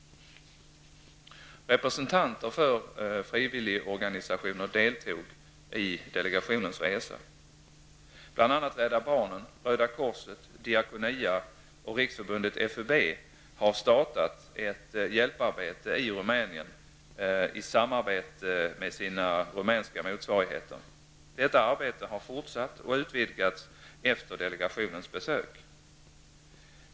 Representanter för frivilligorganisationer deltog i delegationens resa. Riksförbundet FUB har startat ett hjälparbete i Rumänien i samarbete med sina rumänska motsvarigheter. Detta arbete har fortsatt och utvidgats efter delegationens besök.